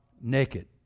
naked